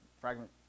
fragment